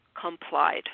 complied